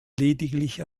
lediglich